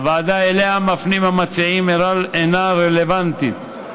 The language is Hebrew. הוועדה שאליה מפנים המציעים אינה רלוונטית,